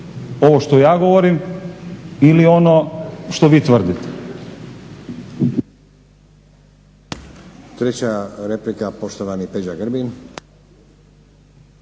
ovo što ja govorim, ili on što vi tvrdite.